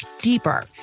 deeper